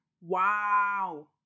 Wow